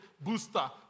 booster